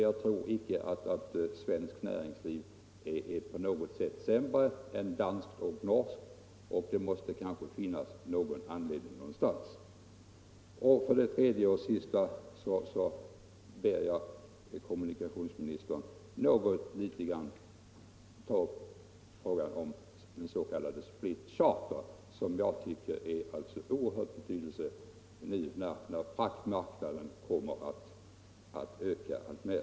Jag tror icke att svenskt näringsliv är på något sätt sämre Om åtgärder för att än danskt och norskt. bevara svenskt Slutligen ber jag kommunikationsministern att något litet ta upp frågan — charterflyg om s.k. split charter, som jag tycker är av oerhörd betydelse nu när fraktmarknaden kommer att öka alltmer.